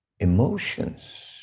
emotions